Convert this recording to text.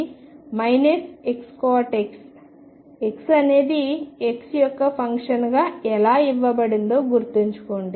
Y అనేది X యొక్క ఫంక్షన్గా ఎలా ఇవ్వబడిందో గుర్తుంచుకోండి